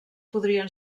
podrien